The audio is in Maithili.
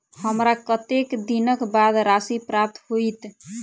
हमरा कत्तेक दिनक बाद राशि प्राप्त होइत?